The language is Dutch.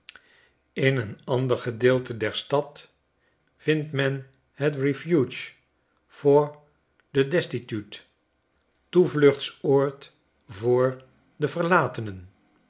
in een ander gedeelte der stad vindt men het refuge for the destitute toevluchtsoord voor de verlatenenj